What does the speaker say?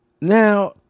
Now